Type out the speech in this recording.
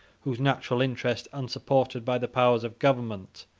whose natural interest, unsupported by the powers of government,